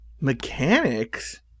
Mechanics